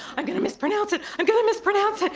i'm going to mispronounce it, i'm going to mispronounce it!